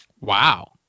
Wow